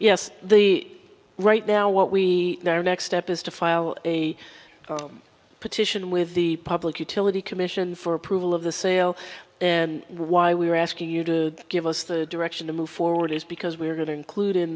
yes the right now what we are next step is to file a petition with the public utility commission for approval of the sale and why we are asking you to give us the direction to move forward is because we're going to include in